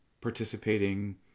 participating